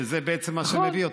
שזה בעצם מה שמביא אותו.